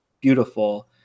beautiful